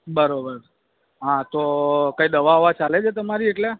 બરાબર હા તો કંઈ દવા બવા ચાલે છે તમારી એટલે